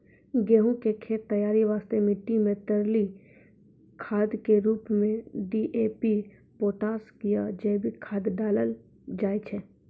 गहूम के खेत तैयारी वास्ते मिट्टी मे तरली खाद के रूप मे डी.ए.पी पोटास या जैविक खाद डालल जाय छै